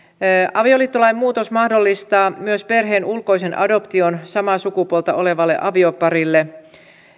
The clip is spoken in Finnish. avioliittolain muutos mahdollistaa myös perheen ulkoisen adoption samaa sukupuolta olevalle avioparille